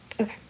okay